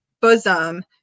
bosom